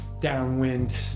downwind